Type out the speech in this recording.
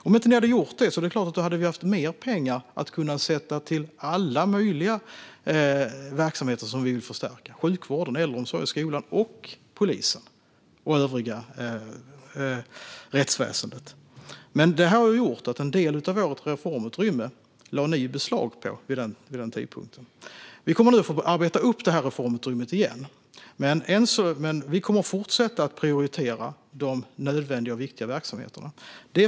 Om ni inte hade gjort detta är det klart att det hade funnits mer pengar till alla möjliga verksamheter som vi vill förstärka: sjukvården, äldreomsorgen, skolan och polisen samt övriga rättsväsendet. Men en del av vårt reformutrymme lade ni beslag på vid den tidpunkten. Vi måste nu arbeta upp reformutrymmet igen. Men vi kommer att fortsätta att prioritera de nödvändiga och viktiga verksamheterna.